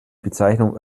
bezeichnung